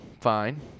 Fine